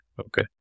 okay